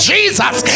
Jesus